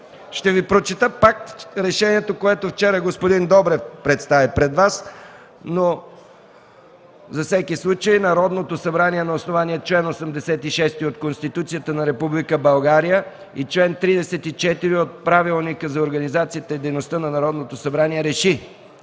Ще Ви прочета пак решението, което вчера господин Добрев представи пред Вас: „РЕШЕНИЕ Народното събрание на основание чл. 86 от Конституцията на Република България и чл. 34 от Правилника за организацията и дейността на Народното събрание РЕШИ: